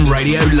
Radio